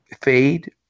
fade